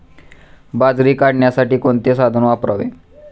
बाजरी काढण्यासाठी कोणते साधन वापरावे?